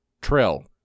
Trill